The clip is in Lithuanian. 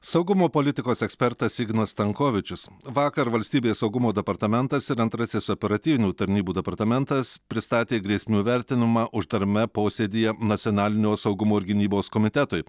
saugumo politikos ekspertas ignas stankovičius vakar valstybės saugumo departamentas ir antrasis operatyvinių tarnybų departamentas pristatė grėsmių vertinimą uždarame posėdyje nacionalinio saugumo ir gynybos komitetui